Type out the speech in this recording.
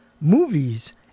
movies